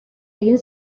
egin